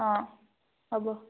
অঁ হ'ব